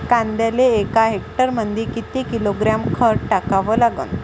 कांद्याले एका हेक्टरमंदी किती किलोग्रॅम खत टाकावं लागन?